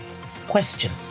Question